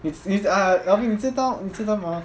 it's it's ah alvin 你知道你知道吗